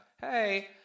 Hey